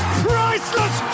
priceless